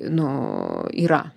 nu yra